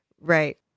Right